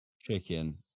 Chicken